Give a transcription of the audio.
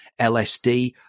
LSD